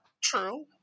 True